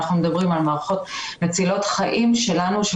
אנחנו מדברים על מערכות מצילות חיים שלנו,